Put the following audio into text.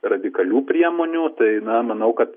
radikalių priemonių tai na manau kad